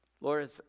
Lord